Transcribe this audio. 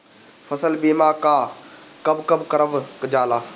फसल बीमा का कब कब करव जाला?